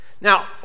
Now